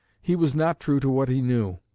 he was not true to what he knew.